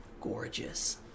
Gorgeous